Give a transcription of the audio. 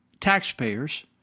taxpayers